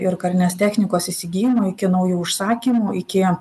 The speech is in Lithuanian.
ir karinės technikos įsigijimo iki naujų užsakymų iki